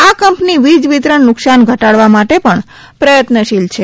આ કંપની વીજવિતરણ નુકશાન ઘટાડવા માટે પણ પ્રયત્નશીલ છે